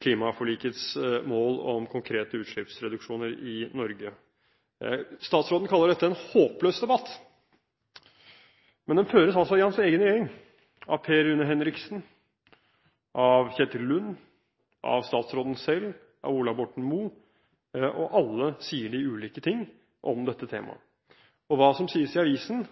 klimaforlikets mål om konkrete utslippsreduksjoner i Norge. Statsråden kaller dette en håpløs debatt, men den føres altså i hans egen regjering, av Per Rune Henriksen, av Kjetil Lund, av statsråden selv, av statsråd Ola Borten Moe, og alle sier de ulike ting om dette temaet. Og det som sies i avisen,